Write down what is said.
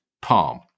palm